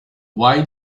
why